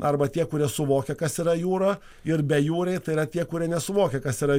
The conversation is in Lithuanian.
arba tie kurie suvokia kas yra jūra ir bejūriai tai yra tie kurie nesuvokia kas yra